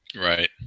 Right